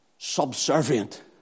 subservient